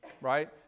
right